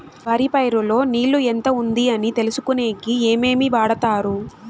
వరి పైరు లో నీళ్లు ఎంత ఉంది అని తెలుసుకునేకి ఏమేమి వాడతారు?